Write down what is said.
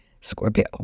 Scorpio